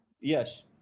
Yes